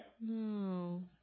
No